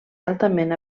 altament